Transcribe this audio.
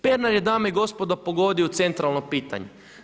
Pernar je dame i gospodo pogodio u centralno pitanje.